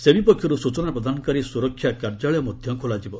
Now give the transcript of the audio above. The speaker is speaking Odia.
ସେବି ପକ୍ଷରୁ ସୂଚନା ପ୍ରଦାନକାରୀ ସୁରକ୍ଷା କାର୍ଯ୍ୟାଳୟ ମଧ୍ୟ ଖୋଲାଯିବ